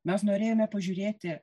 mes norėjome pažiūrėti